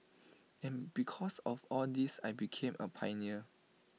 and because of all this I became A pioneer